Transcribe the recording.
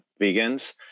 vegans